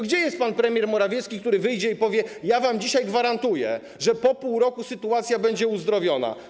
Gdzie jest pan premier Morawiecki, który wyjdzie i powie: ja wam dzisiaj gwarantuję, że po pół roku sytuacja będzie uzdrowiona?